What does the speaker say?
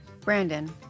Brandon